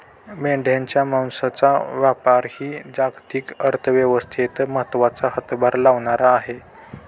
मेंढ्यांच्या मांसाचा व्यापारही जागतिक अर्थव्यवस्थेत महत्त्वाचा हातभार लावणारा आहे